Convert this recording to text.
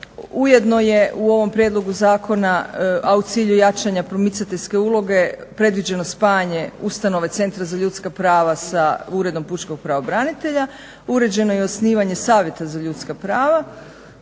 Ujedno je u ovom prijedlogu zakona, a u cilju jačanja promicateljske uloge predviđeno spajanje ustanove Centra za ljudska prava sa Uredom pučkog pravobranitelja. Uređeno je i osnivanje savjeta za ljudska prava